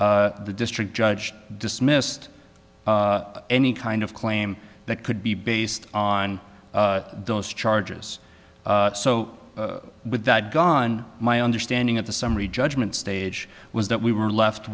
the district judge dismissed any kind of claim that could be based on those charges so with that gone my understanding of the summary judgment stage was that we were left